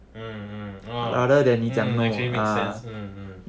mm mm mm orh mm actually makes sense mm mm mm